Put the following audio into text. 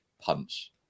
punch